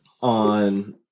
on